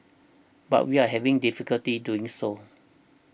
but we are having difficulty doing so